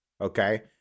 Okay